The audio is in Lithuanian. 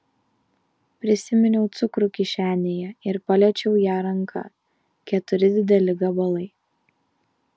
prisiminiau cukrų kišenėje ir paliečiau ją ranka keturi dideli gabalai